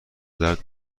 درد